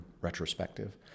retrospective